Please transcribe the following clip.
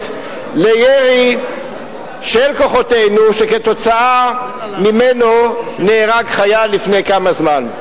לירי של כוחותינו שכתוצאה ממנו נהרג חייל לפני כמה זמן.